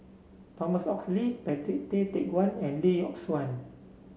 Thomas Oxley Patrick Tay Teck Guan and Lee Yock Suan